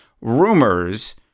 rumors